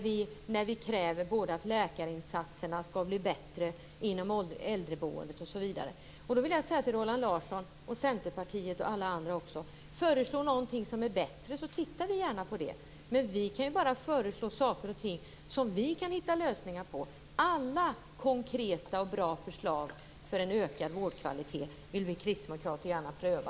Vi kräver att läkarinsatserna skall bli bättre inom äldreboendet, osv. Jag vill till Roland Larsson, Centerpartiet och alla andra säga: Föreslå någonting som är bättre, så tittar vi gärna på det. Vi kan bara föreslå saker och ting som vi han hitta lösningar på. Alla konkreta och bra förslag för en ökad vårdkvalitet vill vi kristdemokrater gärna pröva.